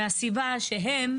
מהסיבה שהם,